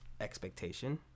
expectation